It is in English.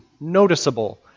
noticeable